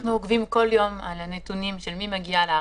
אנחנו עובדים כל יום על הנתונים של מי שמגיע לארץ,